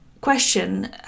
question